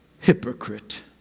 hypocrite